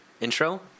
intro